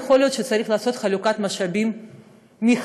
ויכול להיות שצריך לעשות חלוקת משאבים מחדש,